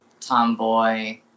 tomboy